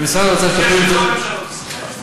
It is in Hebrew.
זה חטא של כל ממשלות ישראל, ואתה יודע את זה.